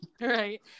Right